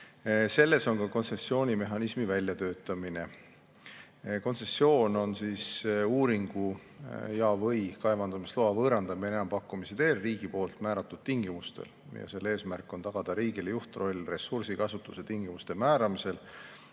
Selles on kirjas ka kontsessioonimehhanismi väljatöötamine. Kontsessioon on uuringu ja/või kaevandamisloa võõrandamine enampakkumise teel riigi määratud tingimustel. Selle eesmärk on tagada riigile juhtroll ressursikasutuse tingimuste määramisel